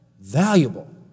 Valuable